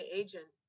agent